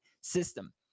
system